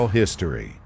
history